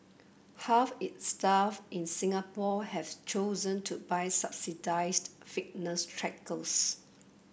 half its staff in Singapore have chosen to buy subsidised fitness trackers